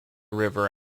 river